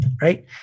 right